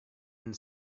and